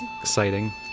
Exciting